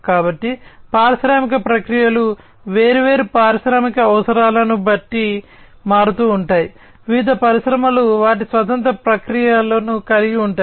కాబట్టి పారిశ్రామిక ప్రక్రియలు వేర్వేరు పారిశ్రామిక అవసరాలను బట్టి మారుతూ ఉంటాయి వివిధ పరిశ్రమలు వాటి స్వంత ప్రక్రియలను కలిగి ఉంటాయి